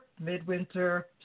midwinter